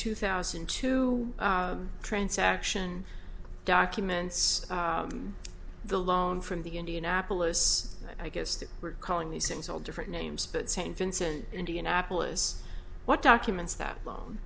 two thousand and two transaction documents the loan from the indianapolis i guess they were calling these things all different names but st vincent in indianapolis what documents that loan